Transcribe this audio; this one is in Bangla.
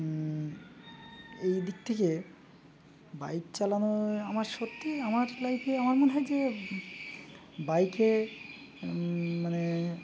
এই দিক থেকে বাইক চালানো আমার সত্যি আমার লাইফে আমার মনে হয় যে বাইকে মানে